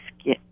skin